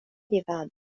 vivado